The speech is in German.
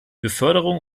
beförderung